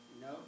No